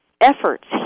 efforts